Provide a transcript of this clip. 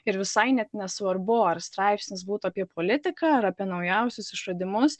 ir visai net nesvarbu ar straipsnis būtų apie politiką ar apie naujausius išradimus